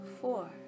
four